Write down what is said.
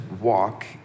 walk